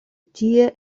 tie